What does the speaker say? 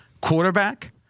Quarterback